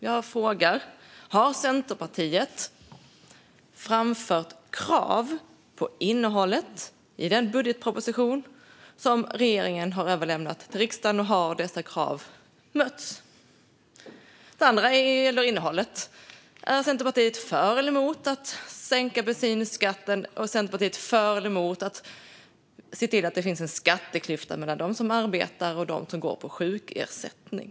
Jag frågar: Har Centerpartiet framfört krav på innehållet i den budgetproposition som regeringen har överlämnat till riksdagen, och har dessa krav mötts? Den andra frågan gäller innehållet. Är Centerpartiet för eller emot att sänka bensinskatten? Och är Centerpartiet för eller emot att se till att det finns en skatteklyfta mellan dem som arbetar och dem som går på sjukersättning?